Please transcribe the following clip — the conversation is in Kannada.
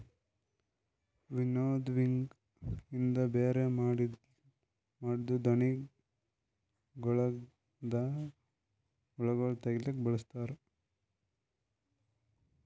ವಿನ್ನೋವಿಂಗ್ ಇಂದ ಬ್ಯಾರೆ ಮಾಡಿದ್ದೂ ಧಾಣಿಗೊಳದಾಂದ ಹುಳಗೊಳ್ ತೆಗಿಲುಕ್ ಬಳಸ್ತಾರ್